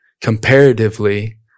comparatively